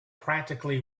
practically